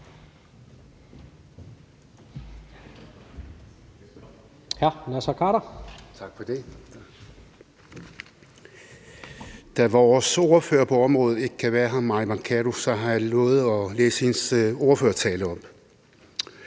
Da vores ordfører på området, Mai Mercado, ikke kan være her, har jeg lovet at læse hendes ordførertale op.